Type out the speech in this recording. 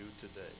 today